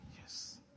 Yes